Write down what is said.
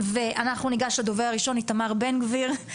ניגש לדובר הראשון איתמר בן גביר,